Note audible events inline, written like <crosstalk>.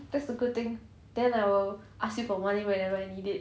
that's a good thing then I will ask you for money whenever I need it <laughs>